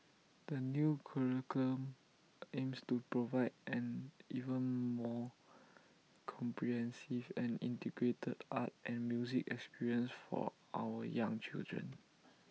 the new curriculum aims to provide an even more comprehensive and integrated art and music experience for our young children